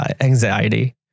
anxiety